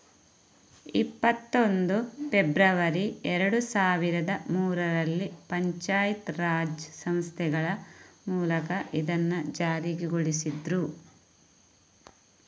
ಇಪ್ಪತ್ತೊಂದು ಫೆಬ್ರವರಿ ಎರಡು ಸಾವಿರದ ಮೂರರಲ್ಲಿ ಪಂಚಾಯತ್ ರಾಜ್ ಸಂಸ್ಥೆಗಳ ಮೂಲಕ ಇದನ್ನ ಜಾರಿಗೊಳಿಸಿದ್ರು